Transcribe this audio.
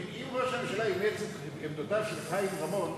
אם ראש הממשלה אימץ את עמדותיו של חיים רמון,